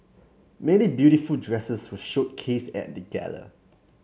many beautiful dresses were showcased at the gala